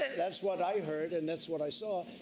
and that's what i heard. and that's what i saw.